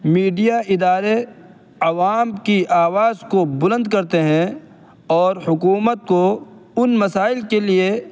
media ادارے عوام کی آواز کو بلند کرتے ہیں اور حکومت کو ان مسائل کے لیے